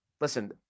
listen